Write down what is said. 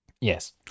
Yes